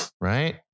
right